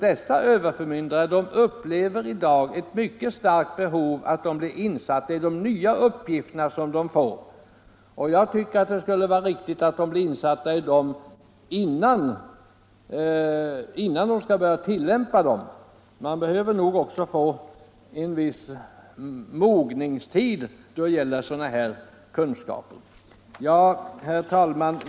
Dessa överförmyndare upplever emellertid i dag ett mycket starkt behov av att bli insatta i de nya uppgifter som de får, och det skulle väl vara riktigt att de blev det innan de skall börja tillämpa det nya systemet. Man behöver nog också få en viss mogningstid då det gäller sådana här kunskaper. Herr talman!